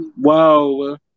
Wow